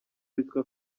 witwa